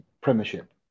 premiership